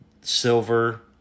silver